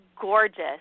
gorgeous